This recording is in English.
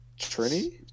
Trini